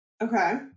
okay